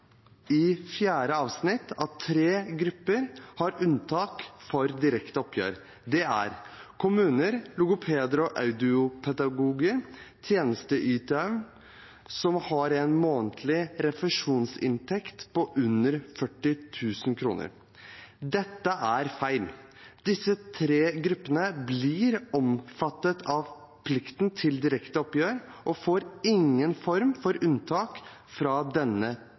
i fjerde avsnitt at tre grupper har unntak fra direkte oppgjør. Det er kommuner, logopeder og audiopedagoger, og tjenesteytere som har en månedlig refusjonsinntekt på under 40 000 kr. Dette er feil. Disse tre gruppene blir omfattet av plikten til direkte oppgjør og får ingen form for unntak fra denne